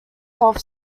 health